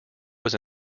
was